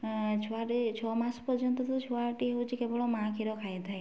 ଛୁଆଟି ଛଅ ମାସ ପର୍ଯ୍ୟନ୍ତ ସେ ଛୁଆଟି କେବଳ ମାଁ କ୍ଷୀର ଖାଇଥାଏ